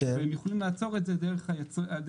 והם יכולים לעצור את זה דרך היצרן.